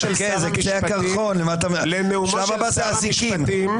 חכה, זה קצה הקרחון, השלב הבא זה אזיקים.